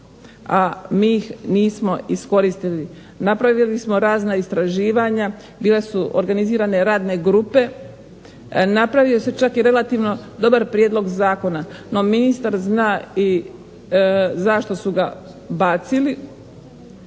a mi ih nismo iskoristili. Napravili smo razna istraživanja, bile su organizirane radne grupe, napravili su čak i dobar prijedlog zakona no ministar zna i zašto su ga bacili.